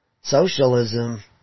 Socialism